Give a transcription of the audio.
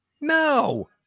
No